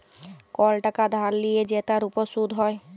call টাকা ধার লিয়ে যে তার উপর শুধ হ্যয়